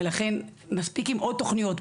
לכן מספיק עם עוד תוכניות.